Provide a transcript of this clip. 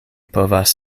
povas